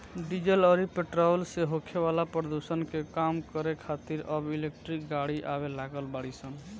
diesel अउरी petrol से होखे वाला प्रदुषण के कम करे खातिर अब इलेक्ट्रिक गाड़ी आवे लागल बाड़ी सन